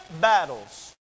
battles